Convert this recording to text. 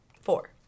four